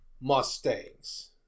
Mustangs